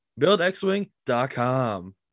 BuildXwing.com